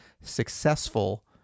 successful